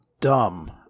dumb